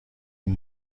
این